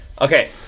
Okay